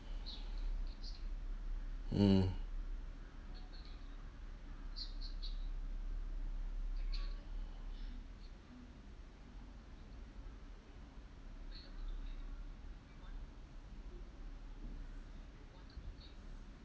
mm